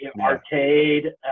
arcade